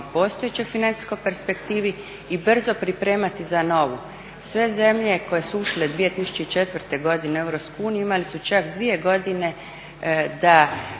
postojećoj financijskoj perspektivi i brzo pripremati za novu. Sve zemlje koje su ušle 2004. godine u Europsku uniju imale su čak 2 godine da